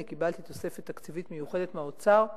אני קיבלתי תוספת תקציבית מיוחדת מהאוצר,